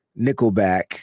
Nickelback